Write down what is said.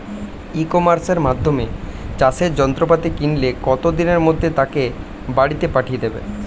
ই কমার্সের মাধ্যমে চাষের যন্ত্রপাতি কিনলে কত দিনের মধ্যে তাকে বাড়ীতে পাঠিয়ে দেবে?